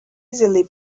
easily